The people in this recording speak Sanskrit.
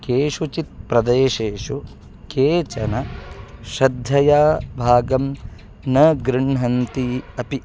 केषुचित् प्रदेशेषु केचन श्रद्धया भागं न गृह्णन्ति अपि